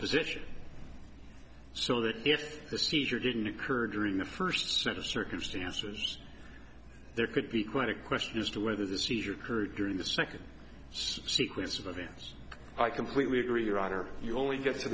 position so that if the seizure didn't occur during the first set of circumstances there could be quite a question as to whether the seizure occurred during the second sequence of events i completely agree roger you only get to